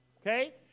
okay